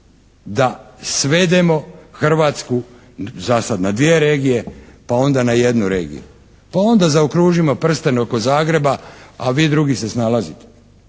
da svedemo Hrvatsku za sad na 2 regije, pa onda na 1 regiju. Pa onda zaokružimo prsten oko Zagreba, a vi drugi se snalazite.